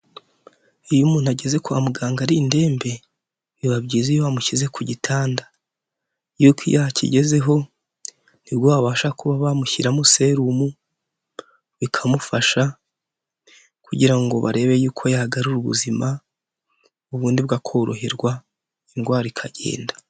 Iyo umuntu ageze kwa muganga ari indembe, biba byiza iyo bamushyize ku gitanda, yuko iyo akigezeho nibwo babasha kuba bamushyiramo serumu, bikamufasha kugira ngo barebe yuko yagarura ubuzima ubundi bwo akoroherwa, indwara ikagenda.